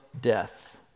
death